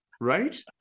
right